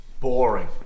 Boring